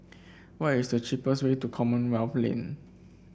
what is the cheapest way to Commonwealth Lane